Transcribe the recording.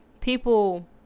people